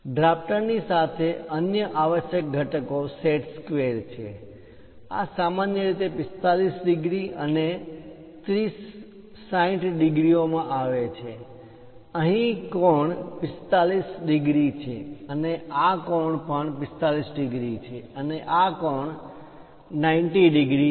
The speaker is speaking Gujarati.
ડ્રાફ્ટર ની સાથે અન્ય આવશ્યક ઘટકો સેટ સ્ક્વેર છે આ સામાન્ય રીતે 45 ડિગ્રી અને 30 60 ડિગ્રી માં આવે છે અહીં કોણ ખુણો 45 ડિગ્રી છે અને આ કોણ પણ 45 ડિગ્રી છે અને આ કોણ 90 ડિગ્રી છે